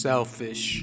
Selfish